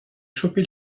chopé